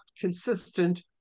consistent